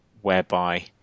whereby